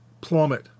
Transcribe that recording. plummet